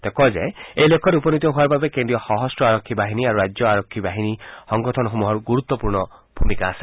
তেওঁ কয় যে এই লক্ষ্যত উপনীত হোৱাৰ বাবে কেদ্ৰীয় সশস্ত্ৰ আৰক্ষী বাহিনী আৰু ৰাজ্য আৰক্ষী সংগঠনসমূহৰ ণুৰুত্বপূৰ্ণ ভূমিকা আছে